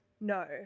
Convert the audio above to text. no